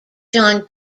john